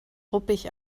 ruppig